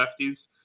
lefties